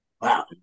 Wow